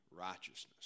righteousness